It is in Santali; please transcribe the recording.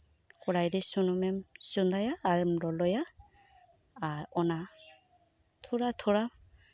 ᱠᱚᱲᱟᱭ ᱨᱮ ᱥᱩᱱᱩᱢ ᱮᱢ ᱪᱚᱱᱫᱟᱭᱟ ᱟᱨᱮᱢ ᱞᱚᱞᱚᱭᱟ ᱟᱨ ᱚᱱᱟ ᱛᱷᱚᱲᱟ ᱛᱷᱚᱲᱟ